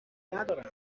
ندارند